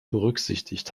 berücksichtigt